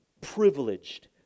privileged